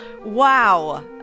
Wow